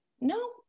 No